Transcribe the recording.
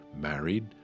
married